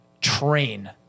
train